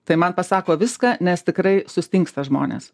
tai man pasako viską nes tikrai sustingsta žmonės